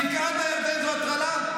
בקעת הירדן זו הטרלה?